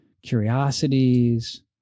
curiosities